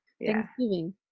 Thanksgiving